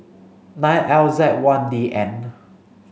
nine L Z one D N